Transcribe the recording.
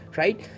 right